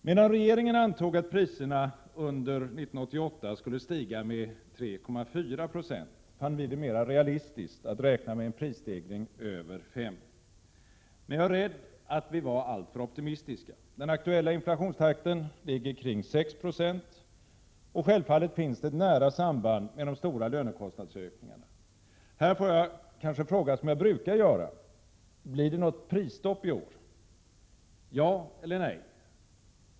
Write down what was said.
Medan regeringen antog att priserna under 1988 skulle stiga med 3,4 96, fann vi det mera realistiskt att räkna med en prisstegring över 5 90. Men jag är rädd att vi var alltför optimistiska. Den aktuella inflationstakten ligger kring 6 20. Självfallet finns det ett nära samband med de stora lönekostnadsökningarna. Här får jag kanske fråga, som jag brukar göra: Blir det något prisstopp i år? Ja eller nej?